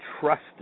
trusted